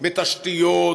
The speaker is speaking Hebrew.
בתשתיות,